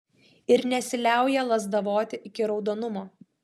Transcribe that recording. ir nesiliauja lazdavoti iki raudonumo